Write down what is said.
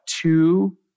two